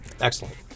Excellent